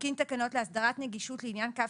יתקין תקנות להסדרת נגישות לעניין קו